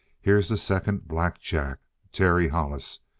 here's the second black jack. terry hollis.